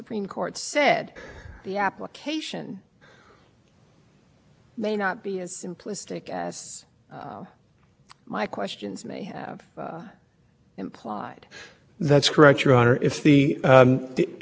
reasoning as i understand it reconciling the sections as best as i can your honor is that the supreme court concluded that e p a was reasonable in deciding that it would determine what the